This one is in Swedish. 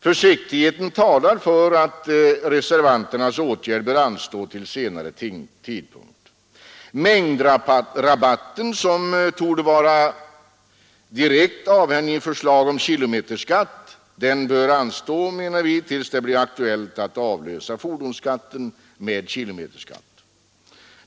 Försiktigheten talar för att reservanternas åtgärd bör anstå till senare tidpunkt. Mängdrabatten, som torde vara direkt avhängig förslag om kilometerskatt, bör anstå, menar vi, tills det blir aktuellt att avlösa fordonsskatten med kilometerskatt.